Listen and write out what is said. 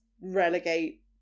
relegate